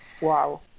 Wow